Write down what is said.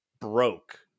broke